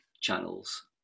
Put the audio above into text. channels